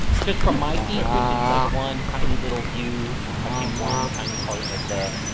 just from my seat, which is like one tiny little view touching one tiny part of the,